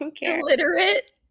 Illiterate